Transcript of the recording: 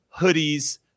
hoodies